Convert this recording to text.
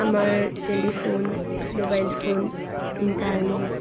আমাৰ telephone mobile phone internet